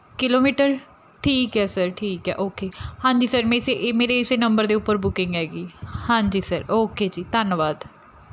kilometre ਠੀਕ ਹੈ sir ਠੀਕ ਹੈ ਓਕੇ ਹਾਂਜੀ ਸਰ ਮੈਂ ਇਸ ਇਹ ਮੇਰੇ ਇਸ ਨੰਬਰ ਦੇ ਉੱਪਰ ਬੁਕਿੰਗ ਹੈਗੀ ਹਾਂਜੀ ਸਰ ਓਕੇ ਜੀ ਧੰਨਵਾਦ